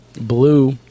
blue